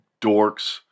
dorks